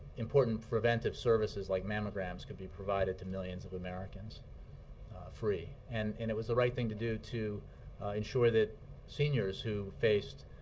important preventive services like mammograms could be provided to millions of americans free. and and it was the right thing to do to ensure that seniors who faced